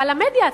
ועל המדיה עצמה,